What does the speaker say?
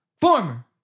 Former